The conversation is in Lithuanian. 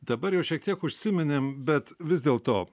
dabar jau šiek tiek užsiminėm bet vis dėl to